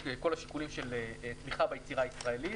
כל השיקולים של תמיכה ביצירה הישראלית,